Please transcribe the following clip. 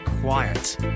quiet